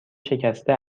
شکسته